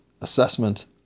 assessment